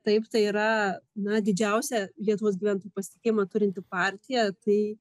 taip tai yra na didžiausia lietuvos gyventojų pasitikėjimą turinti partija tai